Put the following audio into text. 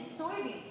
soybean